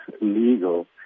legal